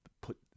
put